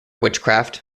witchcraft